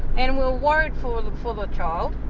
and we were worried for for the child,